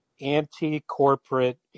anti-corporate